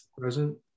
present